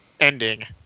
ending